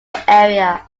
area